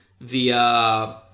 via